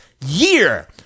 year